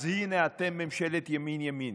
אז הינה אתם, ממשלת ימין ימין,